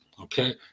Okay